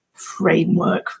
framework